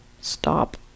stop